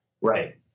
Right